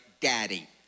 daddy